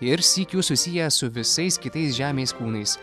ir sykiu susiję su visais kitais žemės kūnais